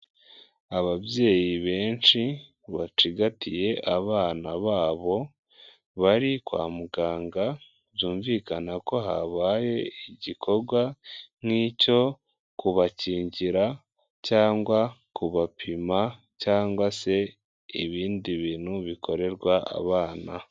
Ababyeyi benshi bacigatiye abana babo bari kwa muganga byumvikana ko habaye igikorwa nk'icyo kubakingira cyangwa kubapima cyangwa se ibindi bintu bikorerwa abana.